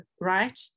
right